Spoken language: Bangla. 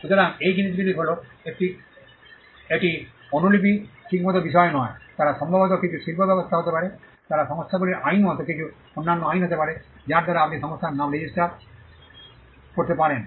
সুতরাং এই জিনিসগুলি হল এটি অনুলিপি ঠিক মতো বিষয় নয় তারা সম্ভবত কিছু শিল্প ব্যবস্থা হতে পারে তারা সংস্থাগুলির আইন মতো কিছু অন্যান্য আইন হতে পারে যার দ্বারা আপনি সংস্থার নাম রেজিস্টার করতে পারেন